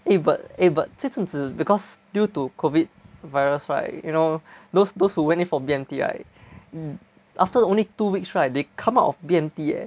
eh but eh but 这阵子 because due to COVID virus right you know those those who went in for B_M_T right mm after only two weeks right they come out of B_M_T eh